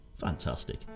Fantastic